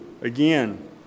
again